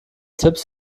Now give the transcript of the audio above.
tipps